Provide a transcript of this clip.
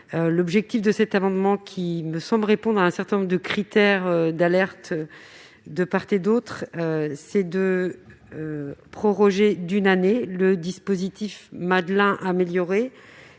Madelin. Cet amendement, qui me semble répondre à un certain nombre de critères d'alerte évoqués de part et d'autre, a pour objet de proroger d'une année le dispositif Madelin amélioré,